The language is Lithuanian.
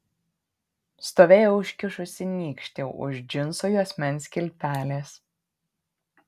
stovėjo užkišusi nykštį už džinsų juosmens kilpelės